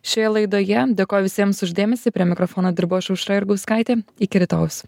šioje laidoje dėkoju visiems už dėmesį prie mikrofono dirbau aš aušra jurgauskaitė iki rytojaus